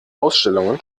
ausstellungen